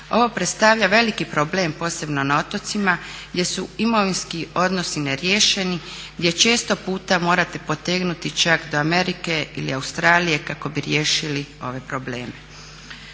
Ovo predstavlja veliki problem posebno na otocima gdje su imovinski odnosi neriješeni, gdje često puta morate potegnuti čak do Amerike ili Australije kako bi riješili ove probleme.